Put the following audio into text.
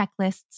checklists